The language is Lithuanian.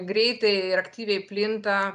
greitai ir aktyviai plinta